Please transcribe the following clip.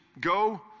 go